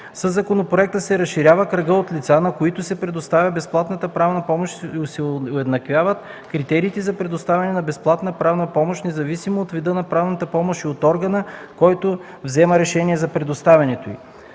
Със законопроекта се разширява кръгът от лица, на които се предоставя безплатна правна помощ, и се уеднаквяват критериите за предоставяне на безплатна правна помощ независимо от вида на правната помощ и от органа, който взема решение за предоставянето й.